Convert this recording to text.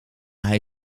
hij